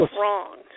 wrong